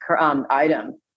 item